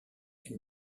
elle